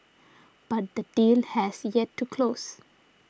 but the deal has yet to close